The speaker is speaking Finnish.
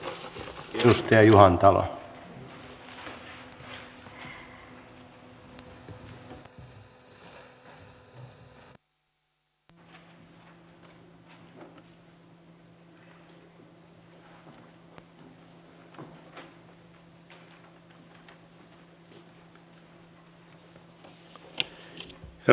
herra puheenjohtaja